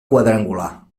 quadrangular